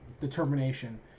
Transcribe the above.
determination